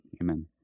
Amen